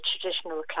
traditional